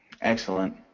Excellent